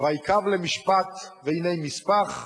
"ויקו למשפט והנה משפח,